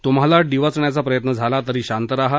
तृम्हाला डिवचण्याचा प्रयत्न झाला तरी शांत राहा